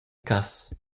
cass